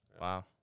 Wow